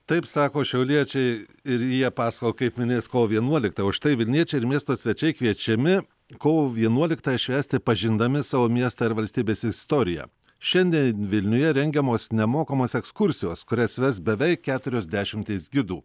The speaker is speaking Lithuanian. taip sako šiauliečiai ir jie pasakojo kaip minės kovo vienuoliktą o štai vilniečiai ir miesto svečiai kviečiami kovo vienuoliktą švęsti pažindami savo miestą ir valstybės istoriją šiandien vilniuje rengiamos nemokamos ekskursijos kurias ves beveik keturios dešimtys gidų